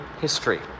history